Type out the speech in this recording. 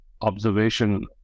observation